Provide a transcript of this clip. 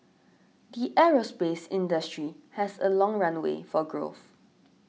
the aerospace industry has a long runway for growth